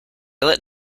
lit